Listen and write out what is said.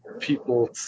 people